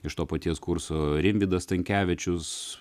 iš to paties kurso rimvydas stankevičius